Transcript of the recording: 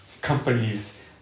companies